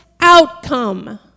outcome